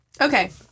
okay